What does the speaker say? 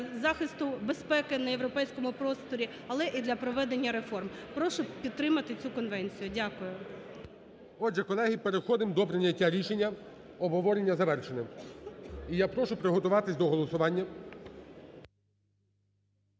захисту безпеки на європейському просторі, але і для проведення реформ. Прошу підтримати цю конвенцію. Дякую. ГОЛОВУЮЧИЙ. Отже, колеги, переходимо до прийняття рішення, обговорення завершене. І я прошу приготуватись до голосування.